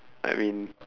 I mean